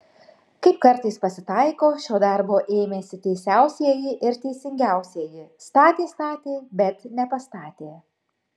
kaip kartais pasitaiko šio darbo ėmėsi teisiausieji ir teisingiausieji statė statė bet nepastatė